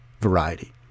variety